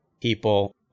people